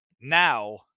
now